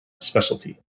specialty